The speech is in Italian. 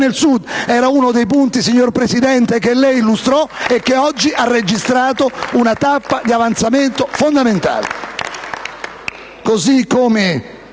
nel Sud. Era uno dei punti, signor Presidente, che lei fissò e che oggi ha registrato una tappa di avanzamento fondamentale